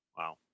Wow